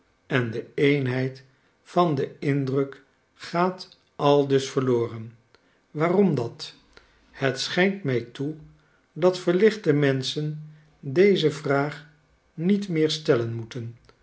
en de eenheid van den indruk gaat aldus verloren waarom dat het schijnt mij toe dat verlichte menschen deze vraag niet meer stellen moeten